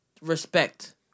respect